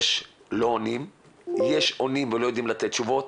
יש לא עונים, יש עונים ולא יודעים לתת תשובות.